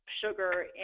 sugar